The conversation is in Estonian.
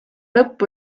lõpp